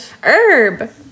Herb